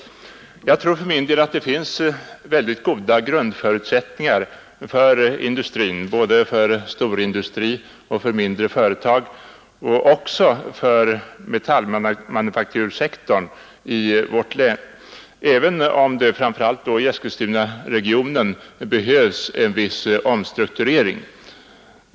Jag tror för min del att det finns väldigt goda förutsättningar för industrin, både för storindustri och för mindre företag och också för metallmanufaktursektorn i vårt län, även om det framför allt i Eskilstunaregionen behövs en viss omstrukturering.